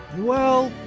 well,